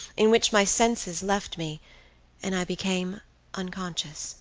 in which my senses left me and i became unconscious